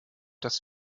dass